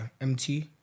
mt